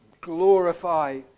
Glorify